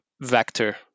vector